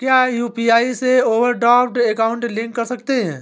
क्या यू.पी.आई से overdraft account link कर सकते हैं?